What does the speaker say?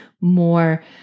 more